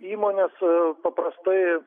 įmonės paprastai